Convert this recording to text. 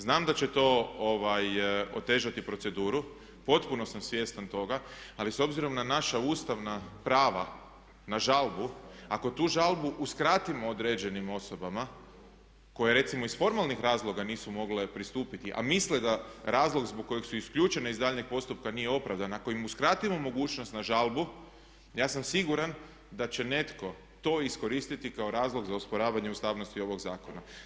Znam da će to otežati proceduru, potpuno sam svjestan toga ali s obzirom na naša ustavna prava na žalbu, ako tu žalbu uskratimo određenim osobama koje recimo iz formalnih razloga nisu mogle pristupiti, a misle da razlog zbog kojeg su isključene iz daljnjeg postupka nije opravdan, ako im uskratimo mogućnost na žalbu ja sam siguran da će netko to iskoristiti kao razlog za osporavanje ustavnosti ovog zakona.